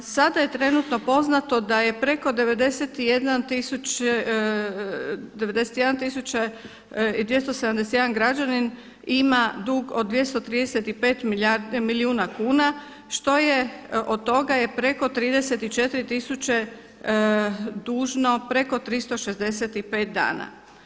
Sada je trenutno poznato da je preko 91 tisuće i 271 građanin ima dug od 235 milijuna kuna što je, od toga je preko 34 tisuće dužno preko 365 dana.